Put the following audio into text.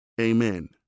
Amen